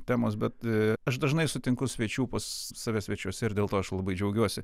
temos bet aš dažnai sutinku svečių pas save svečiuose ir dėl to aš labai džiaugiuosi